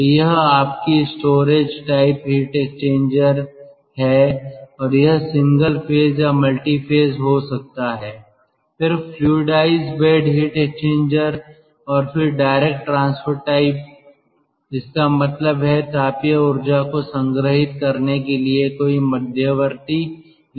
तो यह आपकी स्टोरेज टाइप हीट एक्सचेंजर है और यह सिंगल फेज या मल्टी फेज हो सकता है फिर फ्लूडाइज्ड बेड हीट एक्सचेंजर और फिर डायरेक्ट ट्रांसफर टाइप इसका मतलब है तापीय ऊर्जा को संग्रहित करने के लिए कोई मध्यवर्ती निकाय नहीं है